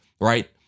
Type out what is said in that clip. right